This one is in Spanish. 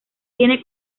tiene